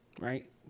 right